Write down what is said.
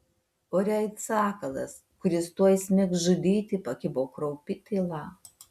ore it sakalas kuris tuoj smigs žudyti pakibo kraupi tyla